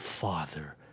Father